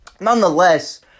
nonetheless